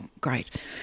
great